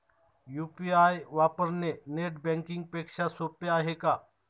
UPI वापरणे net banking पेक्षा सोपे आहे का?